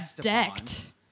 decked